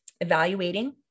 evaluating